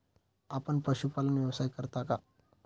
आपण पशुपालन व्यवसाय करता का?